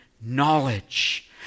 knowledge